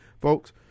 Folks